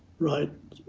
right?